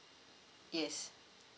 yes